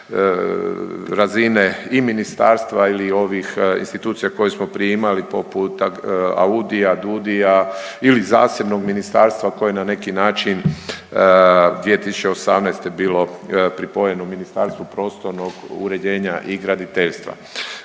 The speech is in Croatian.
razine i ministarstva ili ovih institucija koje smo prije imali poput AUDI-ja, DUDI-ja ili zasebnog ministarstva koji na neki način 2018. bilo pripojeno Ministarstvu prostornog uređenja i graditeljstva.